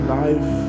life